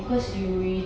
mm